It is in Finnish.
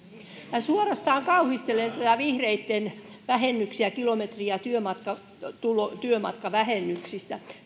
ja suorastaan kauhistelen näitä vihreitten esityksiä kilometri ja työmatkavähennyksistä